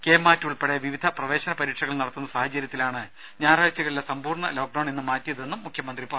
K MAT ഉൾപ്പെടെ വിവിധ പ്രവേശന പരീക്ഷകൾ നടത്തുന്ന സാഹചര്യത്തിലാണ് ഞായറാഴ്ചകളിലെ സമ്പൂർണ ലോക്ക്ഡൌൺ ഇന്ന് മാറ്റിയതെന്ന് മുഖ്യമന്ത്രി അറിയിച്ചു